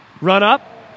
run-up